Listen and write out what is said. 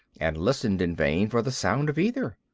and listened in vain for the sound of either.